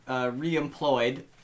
re-employed